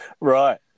Right